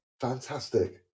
Fantastic